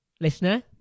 Listener